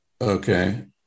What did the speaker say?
okay